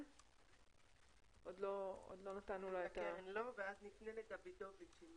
בן